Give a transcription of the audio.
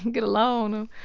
get a loan.